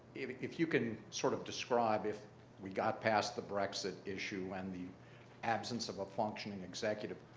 if if you can sort of describe if we got past the brexit issue and the absence of a functioning executive,